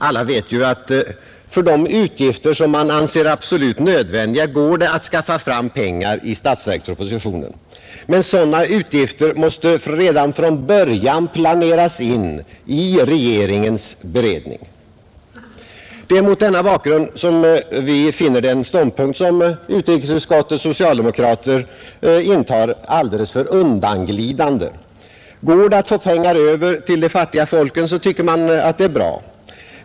Alla vet att för de utgifter som man anser absolut nödvändiga går det att skaffa fram pengar i statsverkspropositionen. Men sådana utgifter måste redan från början planeras i regeringens beredning. Det är mot denna bakgrund vi finner den ståndpunkt som utskottets socialdemokrater intar alldeles för undanglidande. Går det att få pengar över till de fattiga folken, tycker man att det är bra.